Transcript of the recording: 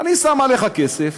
אני שם עליך כסף,